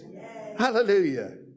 Hallelujah